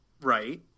Right